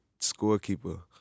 scorekeeper